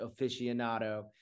aficionado